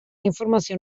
informazio